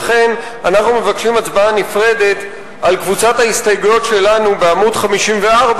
ולכן אנחנו מבקשים הצבעה נפרדת על קבוצת ההסתייגויות שלנו בעמוד 54,